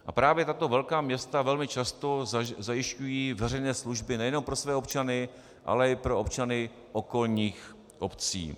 A právě tato velká města velmi často zajišťují veřejné služby nejenom pro své občany, ale i pro občany okolních obcí.